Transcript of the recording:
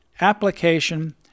application